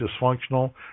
dysfunctional